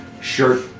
shirt